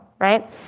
right